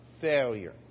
failure